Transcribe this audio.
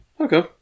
Okay